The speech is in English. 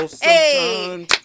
hey